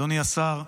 אדוני השר,